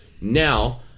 Now